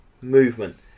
movement